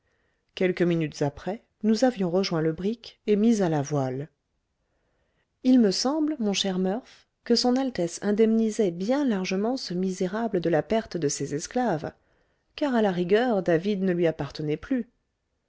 quelques minutes après nous avions rejoint le brick et mis à la voile il me semble mon cher murph que son altesse indemnisait bien largement ce misérable de la perte de ses esclaves car à la rigueur david ne lui appartenait plus